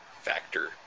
factor